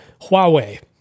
Huawei